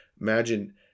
Imagine